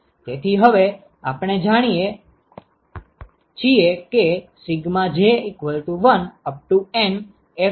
તેથી હવે આપણે જાણીએ છીએ કે J1NFij1